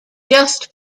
just